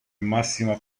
massima